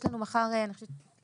מחר יש לנו